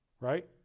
right